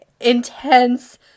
intense